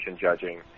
judging